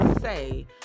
say